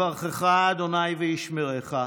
"יברכך ה' וישמרך.